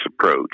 approach